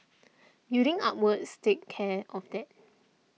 building upwards takes care of that